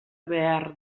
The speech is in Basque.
behar